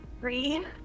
green